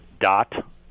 dot